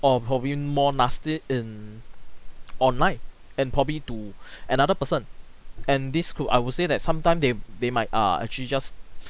or probably more nasty in online and probably to another person and this could I would say that sometime they they might err actually just